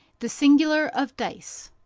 the singular of dice.